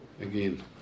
again